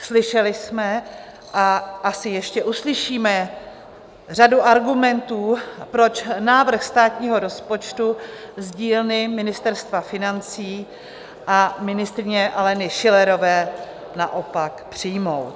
Slyšeli jsme a asi ještě uslyšíme řadu argumentů, proč návrh státního rozpočtu z dílny Ministerstva financí a ministryně Aleny Schillerové naopak přijmout.